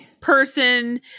person